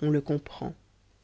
on le comprend